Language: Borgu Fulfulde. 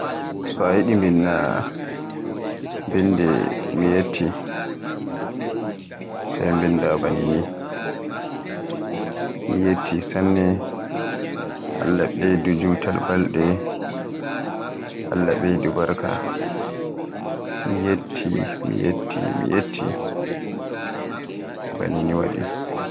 So a yiɗi binda binde mi yetti sai binda ba nini, miyetti sanne, Alla ɓeydu jutaal balɗe, Alla ɓeydu barka, miyetti, miyetti, miyetti. Ba nini waɗi.